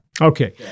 Okay